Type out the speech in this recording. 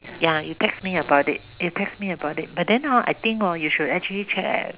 ya you text me about it you text me about it but then hor I think you should actually check leh